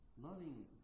loving